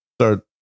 start